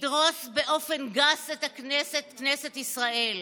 ידרוס באופן גס את הכנסת, כנסת ישראל.